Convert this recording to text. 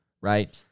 right